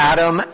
Adam